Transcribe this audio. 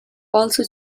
also